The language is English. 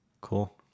Cool